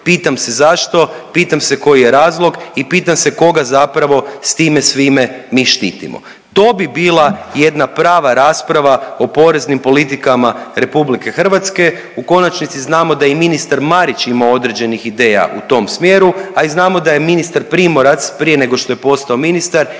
Pitam se zašto, pitam se koji je razlog i pitam se koga zapravo s time svime mi štitimo? To bi bila jedna prava rasprava o poreznim politikama RH u konačnici znamo da i ministar Marić imao određenih ideja u tom smjeru, a znamo da je ministar Primorac prije nego što je postao ministar